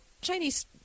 Chinese